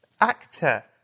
actor